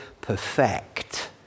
perfect